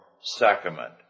sacrament